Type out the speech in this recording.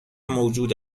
موجود